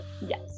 Yes